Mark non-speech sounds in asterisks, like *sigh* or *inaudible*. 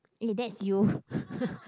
eh that's you *laughs*